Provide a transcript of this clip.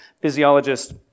physiologist